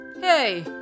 hey